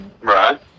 right